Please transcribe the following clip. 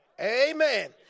Amen